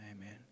Amen